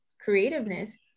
creativeness